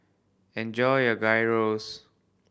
enjoy your Gyros